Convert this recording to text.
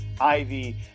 Ivy